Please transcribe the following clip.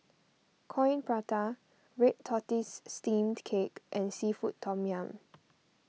Coin Prata Red Tortoise Steamed Cake and Seafood Tom Yum